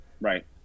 right